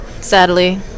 Sadly